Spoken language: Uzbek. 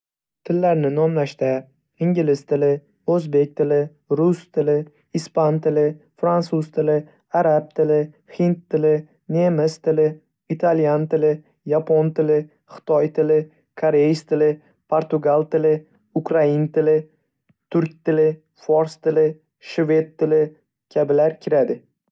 Tillarni nomlashda: ingliz tili, o'zbek tili, rus tili, ispan tili, fransuz tili, arab tili, hind tili, nemis tili, italyan tili, yapon tili, xitoy tili, koreys tili, portugal tili, ukrain tili, turk tili, fors tili, shved tili kabilar kiradi.